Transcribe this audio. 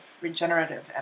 regenerative